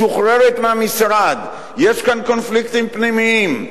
משוחררת מהמשרד, יש כאן קונפליקטים פנימיים,